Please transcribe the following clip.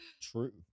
True